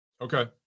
Okay